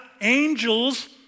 angels